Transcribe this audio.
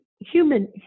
human